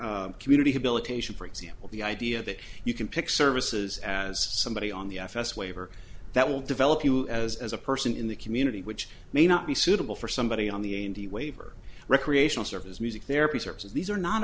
community habilitation for example the idea that you can pick services as somebody on the fs waiver that will develop you as a person in the community which may not be suitable for somebody on the indie wave or recreational services music therapy services these are not